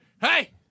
Hey